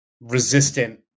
resistant